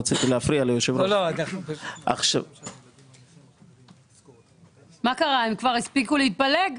הלכתי ובדקתי במסגרת תפקידי כשר מקשר מה סוגי החקיקות,